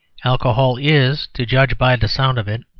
alcohol is, to judge by the sound of it,